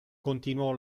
continuò